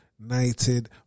United